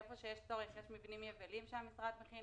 איפה שיש צורך, יש מבנים יבילים שהמשרד מכין.